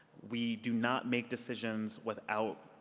we do not make decisions without